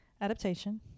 Adaptation